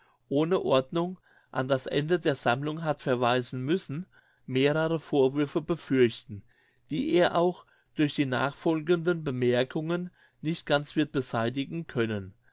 ohne ordnung an das ende der sammlung hat verweisen müssen mehrere vorwürfe befürchten die er auch durch die nachfolgenden bemerkungen nicht ganz wird beseitigen können